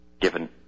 given